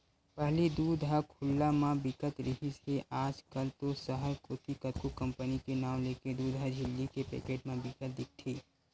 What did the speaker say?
पहिली दूद ह खुल्ला म बिकत रिहिस हे आज कल तो सहर कोती कतको कंपनी के नांव लेके दूद ह झिल्ली के पैकेट म बिकत दिखथे